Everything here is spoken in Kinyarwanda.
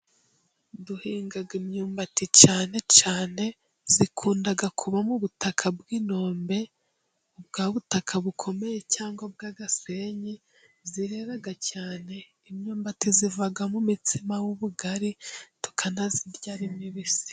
Duhingaga imyumbati cyane cyane, zikunda kuba mu butaka bw'inkombe, bwa butaka bukomeye cyangwa u bw'agasenyi zirera cyane, imyumbati zivamo umutsima w'ubugari tukanazirya ari bibisi.